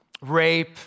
rape